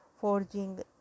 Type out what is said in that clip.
forging